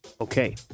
Okay